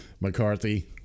McCarthy